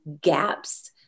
gaps